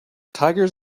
tigers